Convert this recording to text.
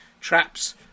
traps